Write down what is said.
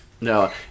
No